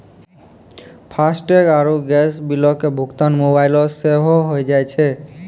FASTag आरु gas बिलो के भुगतान मोबाइलो से सेहो होय जाय छै